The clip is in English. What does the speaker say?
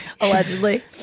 Allegedly